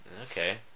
Okay